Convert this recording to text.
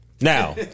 Now